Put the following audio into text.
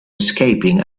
escaping